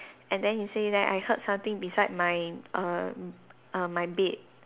and then he say that I heard something beside my err my bed